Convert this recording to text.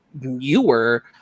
newer